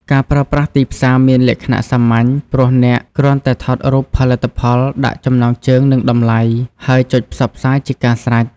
ការប្រើប្រាស់ ទីផ្សារ មានលក្ខណៈសាមញ្ញ ព្រោះអ្នកគ្រាន់តែថតរូបផលិតផល ដាក់ចំណងជើង និងតម្លៃ ហើយចុចផ្សព្វផ្សាយជាការស្រេច។